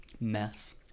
mess